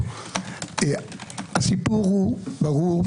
הסיפור הוא ברור,